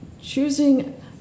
choosing